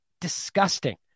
Disgusting